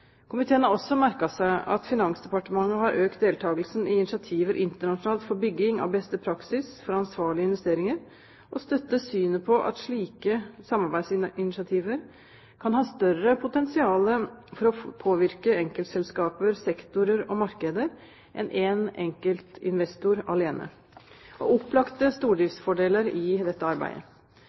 Komiteen har også merket seg at Finansdepartementet har økt deltakelsen i initiativer internasjonalt for bygging av beste praksis for ansvarlige investeringer, og støtter synet på at slike samarbeidsinitiativer kan ha større potensial for å påvirke enkeltselskaper, sektorer og markeder enn en enkeltinvestor alene og opplagte stordriftsfordeler i dette arbeidet.